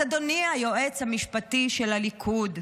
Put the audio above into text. אז אדוני היועץ המשפטי של הליכוד,